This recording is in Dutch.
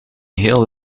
heel